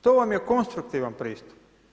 To vam je konstruktivan pristup.